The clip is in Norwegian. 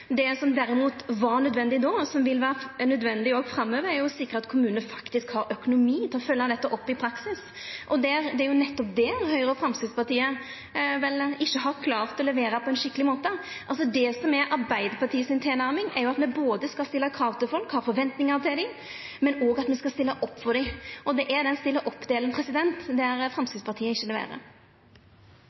Det som derimot var nødvendig då, og som òg vil vera nødvendig framover, er å sikra at kommunane faktisk har økonomi til å følgja opp dette i praksis, og det er nettopp det Høgre og Framstegspartiet ikkje har klart å levera på ein skikkeleg måte. Arbeidarpartiet si tilnærming er at me både skal stilla krav til folk og ha forventningar til dei, men òg at me skal stilla opp for dei. På denne stilla opp-delen leverer ikkje Framstegspartiet. Hadia Tajik sa i Klassekampen 4. oktober at Arbeiderpartiet må diskutere fri flyt av arbeidskraft. Hun sa at det trengs en tydelig kursendring, og